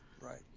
Right